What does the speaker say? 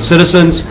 citizens.